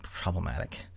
problematic